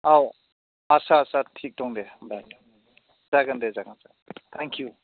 औ आदसा आदसा थिग दं दे जागोन दे जागोन जागोन थेंखिउ